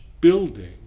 building